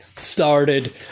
Started